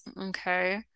Okay